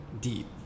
deep